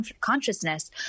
consciousness